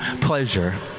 pleasure